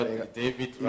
David